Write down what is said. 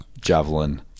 Javelin